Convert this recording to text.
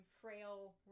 frail